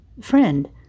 friend